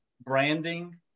branding